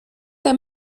der